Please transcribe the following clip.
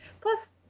Plus